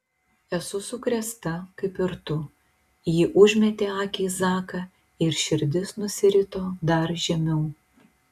esu sukrėsta kaip ir tu ji užmetė akį į zaką ir širdis nusirito dar žemiau